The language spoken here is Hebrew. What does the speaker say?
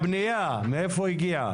הפנייה, מאיפה היא הגיעה?